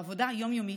בעבודה יום-יומית,